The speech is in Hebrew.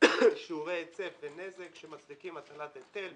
היצף ונזק שמצדיקים הטלת היטל.